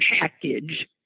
package